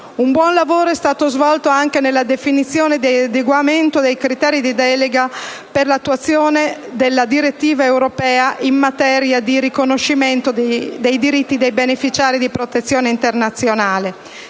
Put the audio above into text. Un buon lavoro è stato svolto anche nella definizione di adeguati criteri di delega per l'attuazione della direttiva europea in materia di riconoscimento dei diritti dei beneficiari di protezione internazionale.